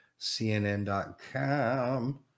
CNN.com